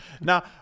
Now